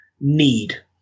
need